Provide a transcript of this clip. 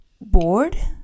bored